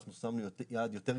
אנחנו שמנו יעד יותר גבוה.